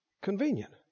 Convenient